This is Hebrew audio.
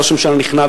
ראש הממשלה נכנע,